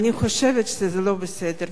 ואני חושבת שזה לא בסדר.